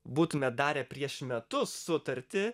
būtume darę prieš metus sutartį